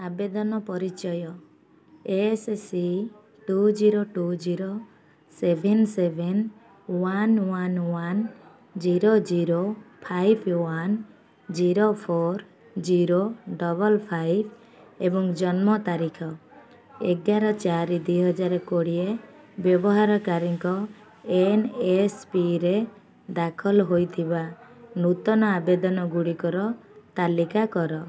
ଆବେଦନ ପରିଚୟ S C two zero two zero seven seven one one one zero zero five one zero four zero double five ଏବଂ ଜନ୍ମ ତାରିଖ ଏଗାର ଚାରି ଦୁଇ ହଜାର କୋଡ଼ିଏ ବ୍ୟବହାରକାରୀଙ୍କ ଏନ୍ଏସ୍ପିରେ ଦାଖଲ ହୋଇଥିବା ନୂତନ ଆବେଦନ ଗୁଡ଼ିକର ତାଲିକା କର